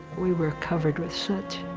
we were covered with soot.